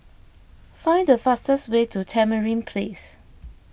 find the fastest way to Tamarind Place